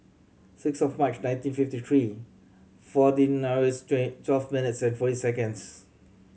six of March nineteen fifty three fourteen hours twelve minutes and forty seconds